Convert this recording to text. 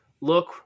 look